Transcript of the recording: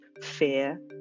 fear